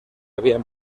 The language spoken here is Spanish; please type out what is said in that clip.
habían